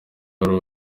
wari